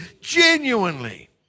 genuinely